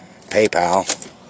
PayPal